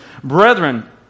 brethren